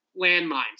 landmines